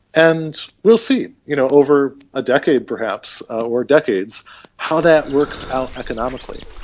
and we'll see you know over a decade perhaps or decades how that works out economically.